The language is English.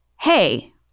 hey